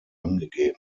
angegeben